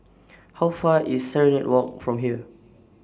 How Far IS Serenade Walk from here